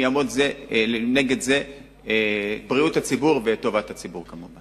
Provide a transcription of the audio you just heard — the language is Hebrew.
אם יעמדו נגד זה בריאות הציבור וטובת הציבור.